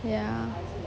ya